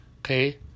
Okay